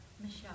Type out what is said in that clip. Michelle